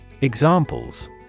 Examples